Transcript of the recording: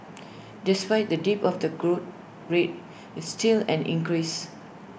despite the dip of the growth rate is still an increase